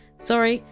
sorry,